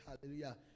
Hallelujah